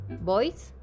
Boys